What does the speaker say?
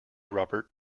robert